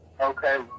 Okay